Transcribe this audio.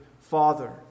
Father